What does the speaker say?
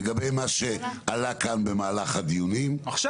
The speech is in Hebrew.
וגם מה שעלה כאן במהלך הדיונים --- עכשיו.